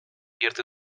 vierte